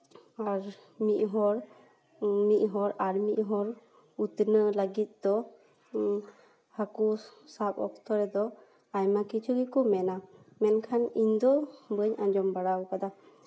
ᱟᱨ ᱢᱤᱫ ᱦᱚᱲ ᱢᱤᱫ ᱦᱚᱲ ᱟᱨ ᱢᱤᱫ ᱦᱚᱲ ᱩᱛᱱᱟᱹᱣ ᱞᱟᱹᱜᱤᱫᱛᱮ ᱦᱟᱠᱳ ᱥᱟᱵ ᱚᱠᱛᱚ ᱨᱮᱫᱚ ᱟᱭᱢᱟ ᱠᱤᱪᱷᱩ ᱜᱮᱠᱚ ᱢᱮᱱᱟ ᱢᱮᱱᱠᱷᱟᱱ ᱤᱧᱫᱚ ᱵᱟᱹᱧ ᱟᱸᱡᱚᱢ ᱵᱟᱲᱟ ᱟᱠᱟᱫᱟ